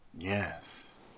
Yes